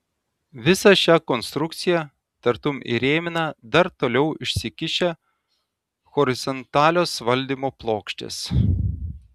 visą šią konstrukciją tartum įrėmina dar toliau išsikišę horizontalios valdymo plokštės